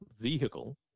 vehicle